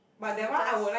to just